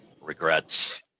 regrets